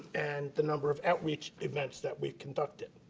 and the number of outreach events that we conducted.